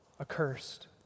accursed